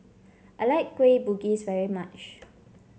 I like Kueh Bugis very much